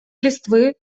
листвы